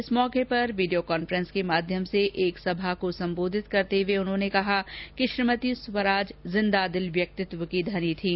इस अवसर पर वीडियो कांफ्रेंस के माध्यम से एक सभा को संबोधित करते हुए उन्होंने कहा कि श्रीमती स्वराज जिंदादिल व्यक्तित्व की धनी थीं